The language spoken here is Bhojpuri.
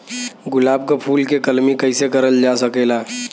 गुलाब क फूल के कलमी कैसे करल जा सकेला?